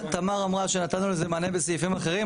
תמר אמרה שנתנו לזה מענה בסעיפים אחרים,